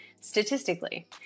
statistically